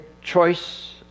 choice